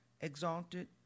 exalted